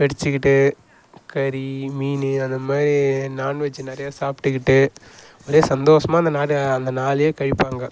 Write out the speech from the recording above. வெடிச்சிகிட்டு கறி மீன் அது மாதிரி நாண்வெஜ் நிறையா சாப்பிட்டுகிட்டு அப்படியே சந்தோஷமாக அந்த நாளை அந்த நாளே கழிப்பாங்க